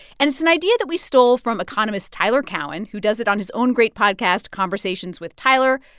and it's an idea that we stole from economist tyler cowen, who does it on his own great podcast conversations with tyler.